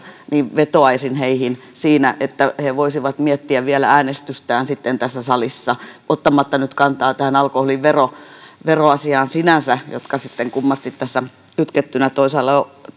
vetoaisin heihin siinä että he voisivat vielä miettiä äänestystään tässä salissa ottamatta nyt kantaa tähän alkoholiveroasiaan sinänsä ne kummasti tässä kytkettynä